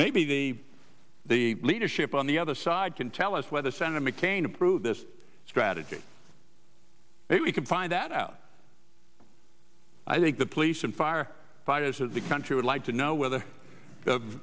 maybe the the leadership on the other side can tell us whether senator mccain approve this strategy if we can find that out i think the police and fire fighters of the country would like to know whether the